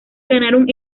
ganaron